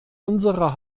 unserer